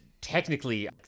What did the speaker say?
technically